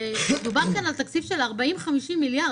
מדובר כאן על תקציב של 50-40 מיליארד,